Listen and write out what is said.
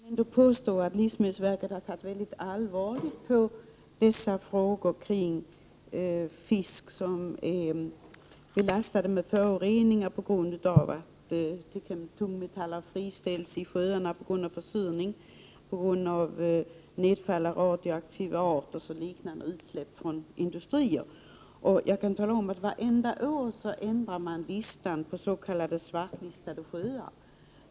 Herr talman! Jag vill inte påstå något annat än att livsmedelsverket har sett mycket allvarligt på frågor som rör fisk som skadats av föroreningar på grund av att tungmetaller har friställts i sjöarna till följd av försurning, på grund av radioaktivt nedfall, och liknande gifter från utsläpp i industrier. Varje år ändrar man i listan över svartlistade sjöar.